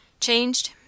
Changed